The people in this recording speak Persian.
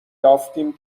یافتیم